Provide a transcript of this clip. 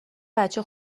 بچه